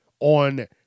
On